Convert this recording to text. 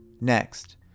Next